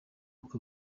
uko